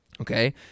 Okay